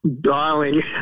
darling